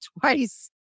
twice